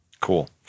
cool